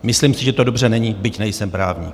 Myslím si, že to dobře není, byť nejsem právník.